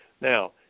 Now